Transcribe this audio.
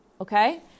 Okay